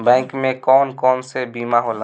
Bank में कौन कौन से बीमा होला?